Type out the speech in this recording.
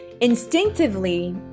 instinctively